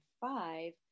five